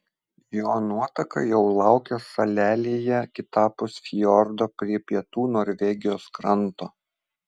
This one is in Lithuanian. jo nuotaka jau laukė salelėje kitapus fjordo prie pietų norvegijos kranto